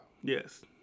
Yes